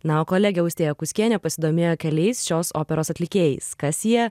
na o kolegė austėja kuskienė pasidomėjo keliais šios operos atlikėjais kas jie